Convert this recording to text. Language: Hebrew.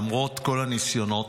למרות כל הניסיונות.